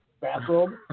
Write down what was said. bathrobe